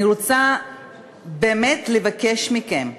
אני רוצה באמת לבקש מכם,